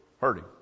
hurting